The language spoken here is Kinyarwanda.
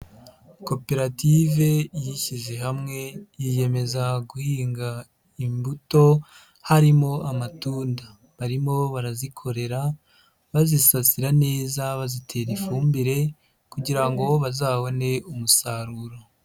Koperative yishyize hamwe yiyemeza guhinga imbuto harimo amatunda. Barimo barazikorera bazisasira neza bazitera ifumbire kugira ngo bazabone umusaruro.